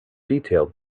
detailed